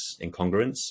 incongruence